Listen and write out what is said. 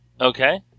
Okay